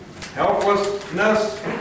Helplessness